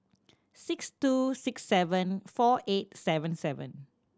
six two six seven four eight seven seven